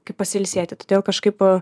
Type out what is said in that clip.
kaip pasiilsėti todėl kažkaip